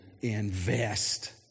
invest